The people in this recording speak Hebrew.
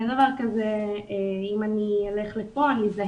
אין דבר כזה אם אני זהיר,